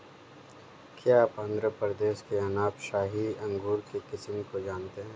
क्या आप आंध्र प्रदेश के अनाब ए शाही अंगूर के किस्म को जानते हैं?